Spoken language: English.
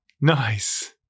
nice